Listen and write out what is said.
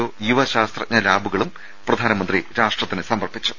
O യുവ ശാസ്ത്രജ്ഞ ലാബുകളും പ്രധാനമന്ത്രി രാഷ്ട്രത്തിന് സമർപ്പിച്ചു